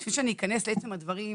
לפני שאני אכנס לעצם הדברים,